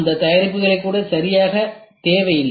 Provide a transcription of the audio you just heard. அந்த தயாரிப்புகள் கூட சரியாக இருப்பதில்லை